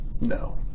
No